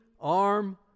arm